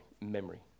memory